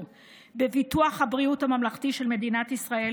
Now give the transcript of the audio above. ובביטוח הבריאות הממלכתי של מדינת ישראל,